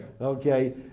okay